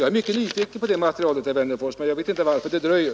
Jag är mycket nyfiken på det materialet, herr Wennerfors. Jag vet inte varför det dröjer.